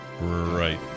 Right